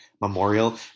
memorial